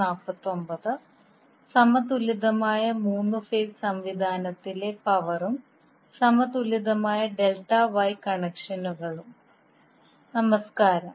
നമഷ്കാരം